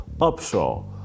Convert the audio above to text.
Upshaw